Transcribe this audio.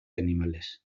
animales